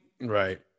Right